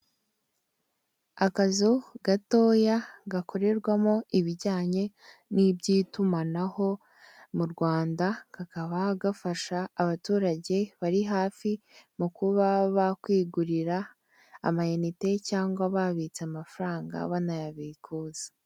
Akazu gatoya gakorerwamo ibijyanye ni iby'itumanaho mu Rwanda kakaba gafasha abaturage bari hafi mu kuba ba kwigurira ama unite cyangwa babitse amafaranga baknayabikuza.